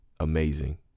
amazing